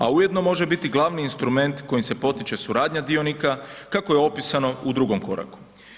A ujedno može biti glavni instrument kojim se potiče suradnja dionika, kako je opisano u drugom koraku.